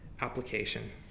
application